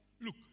Look